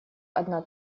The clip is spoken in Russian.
одна